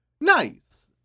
nice